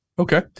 Okay